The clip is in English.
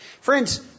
Friends